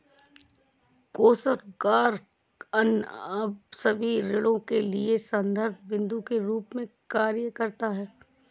कोषागार अन्य सभी ऋणों के लिए संदर्भ बिन्दु के रूप में कार्य करता है